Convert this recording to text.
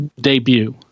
debut